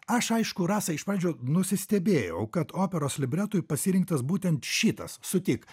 aš aišku rasa iš pradžių nusistebėjau kad operos libretui pasirinktas būtent šitas sutik